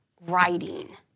writing